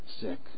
sick